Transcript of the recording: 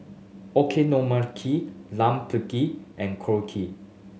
Okonomiyaki Lime Pickle and Korokke